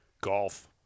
Golf